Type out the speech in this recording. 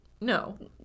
No